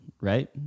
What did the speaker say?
right